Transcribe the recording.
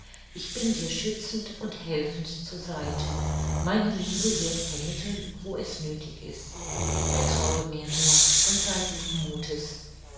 ich bin dir schützend und helfend zur seite meine liebe wird vermitteln wo es nöthig ist vertraue mir nur und sei guten muthes